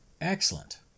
Excellent